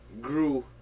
Grew